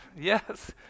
yes